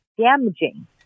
damaging